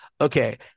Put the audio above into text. okay